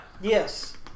Yes